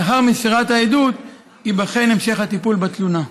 לאחר מסירת העדות ייבחן המשך הטיפול בתלונה.